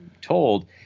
told